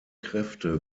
kräfte